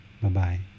bye-bye